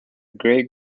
great